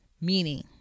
Meaning